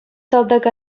салтак